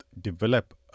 develop